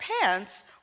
pants